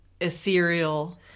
ethereal